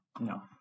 No